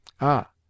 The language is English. Ah